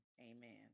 amen